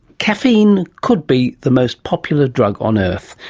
caffeine could be the most popular drug on earth.